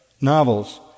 novels